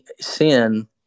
sin